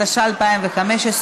התשע"ה 2015,